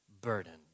burdened